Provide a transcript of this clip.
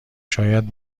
شاید